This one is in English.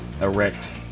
erect